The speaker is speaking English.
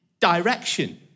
direction